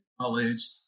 college